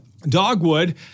Dogwood